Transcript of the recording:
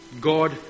God